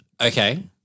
Okay